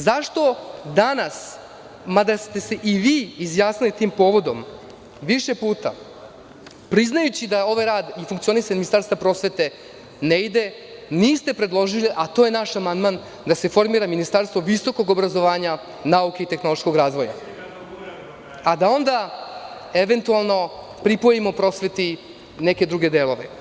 Zašto danas, mada ste se i vi izjasnili tim povodom, više puta, priznajući da ovaj rad i funkcionisanje ministarstva prosvete ne ide, niste predložili, a to je naš amandman, da se formira ministarstvo visokog obrazovanja, nauke i tehnološkog razvoja, a da onda, eventualno, pripojimo prosveti neke druge delove.